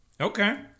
Okay